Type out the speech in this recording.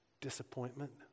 disappointment